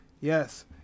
Yes